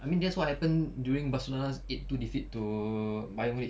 I mean that's what happened during barcelona eight two defeat to bayern munich